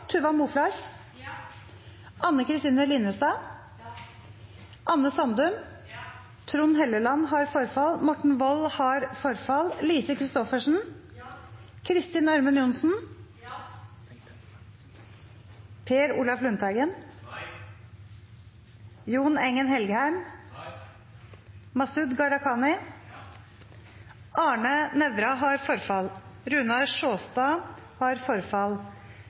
Tuva Moflag, Anne Kristine Linnestad, Anne Sandum, Lise Christoffersen, Kristin Ørmen Johnsen, Per Olaf Lundteigen, Masud Gharahkhani,